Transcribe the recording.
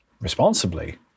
Responsibly